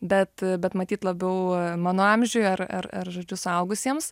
bet bet matyt labiau mano amžiui ar ar ar žodžiu suaugusiems